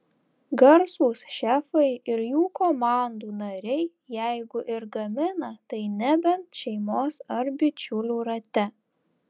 garsūs šefai ir jų komandų nariai jeigu ir gamina tai nebent šeimos ar bičiulių rate